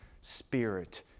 spirit